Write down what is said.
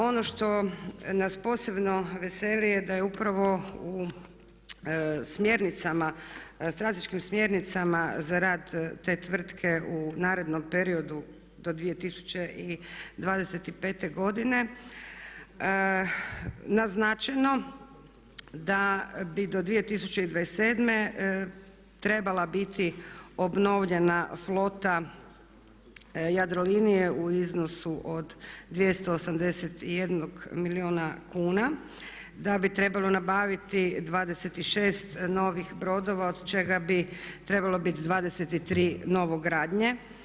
Ono što nas posebno veseli je da je upravo u smjernicama, strateškim smjernicama za rad te tvrtke u narednom periodu do 2025. godine naznačeno da bi do 2027. trebala biti obnovljena flota Jadrolinije u iznosu od 281 milijuna kuna, da bi trebalo nabaviti 26 novih brodova od čega bi trebalo biti 23 novogradnje.